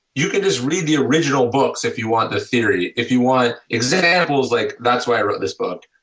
you can just read the original books if you want the theory, if you want examples like that's why i wrote this book.